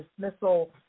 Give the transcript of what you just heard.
dismissal